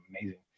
amazing